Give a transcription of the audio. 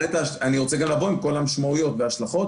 אני רוצה גם לבוא עם כל המשמעויות וההשלכות.